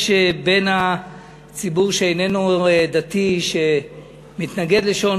יש בציבור שאיננו דתי שמתנגדים לשעון